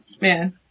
man